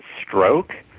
stroke,